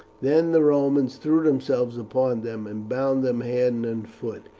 then the romans threw themselves upon them and bound them hand and foot,